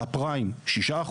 הפריים 6%,